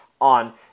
on